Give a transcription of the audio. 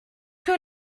que